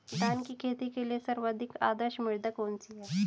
धान की खेती के लिए सर्वाधिक आदर्श मृदा कौन सी है?